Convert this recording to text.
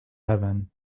heaven